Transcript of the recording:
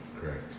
Correct